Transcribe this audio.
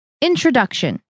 Introduction